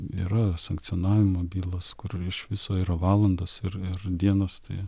yra sankcionavimo bylos kur iš viso yra valandos ir ir dienos tai